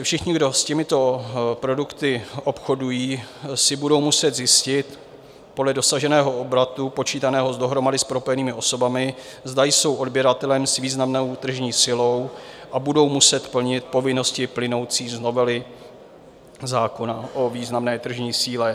Všichni, kdo s těmito produkty obchodují, si budou muset zjistit podle dosaženého obratu počítaného dohromady s propojenými osobami, zda jsou odběratelem s významnou tržní sílou, a budou muset plnit povinnosti plynoucí z novely zákona o významné tržní síle.